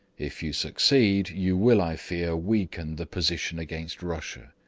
if you succeed you will i fear weaken the position against russia.